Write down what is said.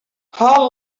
how